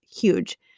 huge